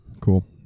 Cool